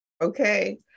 Okay